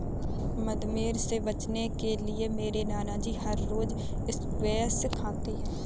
मधुमेह से बचने के लिए मेरे नानाजी हर रोज स्क्वैश खाते हैं